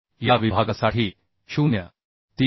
या विभागासाठी 0